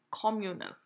communal